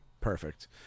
perfect